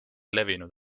levinud